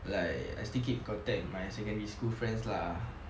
like I still keep in contact with my secondary school friends lah let's see my primary school